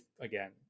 again